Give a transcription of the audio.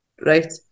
right